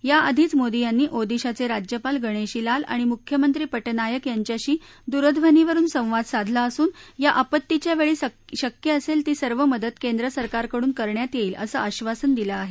याआधीच मोदी यांनी ओदिशाचे राज्यपाल गणेशी लाल आणि मुख्यमंत्री पटनायक यांच्याशी दूरध्वनीवरुन संवाद साधला असून या आपत्तीच्या वेळी शक्य असेल ती सर्व मदत केंद्र सरकार कडून करण्यात येईल असं आक्षासन दिलं आहे